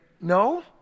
no